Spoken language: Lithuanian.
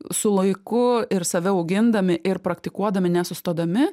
su laiku ir save augindami ir praktikuodami nesustodami